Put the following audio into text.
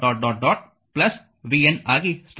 vn ಆಗಿ ಸಿಗುತ್ತದೆ